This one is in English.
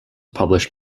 published